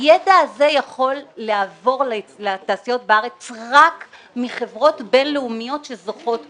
הידע הזה יכול לעבור לתעשיות בארץ רק מחברות בין-לאומיות שזוכות בו.